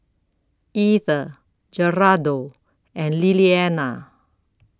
Ether Gerardo and Liliana